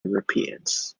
europeans